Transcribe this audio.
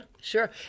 Sure